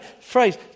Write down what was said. phrase